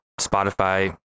spotify